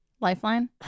Lifeline